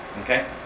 Okay